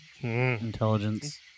Intelligence